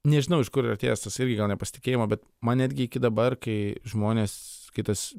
nežinau iš kur yra atėjęs tas irgi gal nepasitikėjimo bet man netgi iki dabar kai žmonės kitas